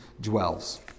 dwells